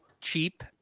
cheap